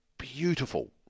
Beautiful